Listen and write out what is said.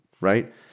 right